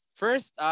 first